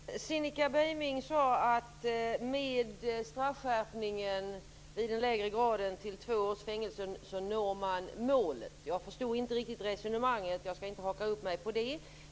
Fru talman! Cinnika Beiming sade att man når målet med straffskärpningen vid den lägre graden till två års fängelse. Jag förstod inte riktigt resonemanget och skall inte haka upp mig på det.